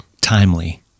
Timely